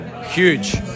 huge